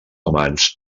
amants